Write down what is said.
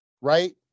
Right